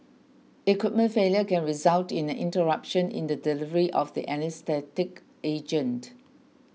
equipment failure can result in an interruption in the delivery of the anaesthetic agent